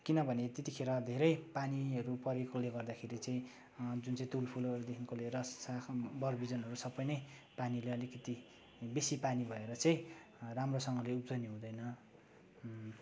किन भने त्यतिखेर धेरै पानीहरू परेकाले गर्दाखेरि चाहिँ जुन चाहिँ तुलफुलहरूदेखिको लिएर साग बर बिजनहरू सबै नै पानीले अलिकति बेसी पानी भएर चाहिँ राम्रोसँगले उब्जनी हुँदैन